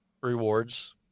rewards